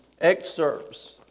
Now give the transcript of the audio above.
excerpts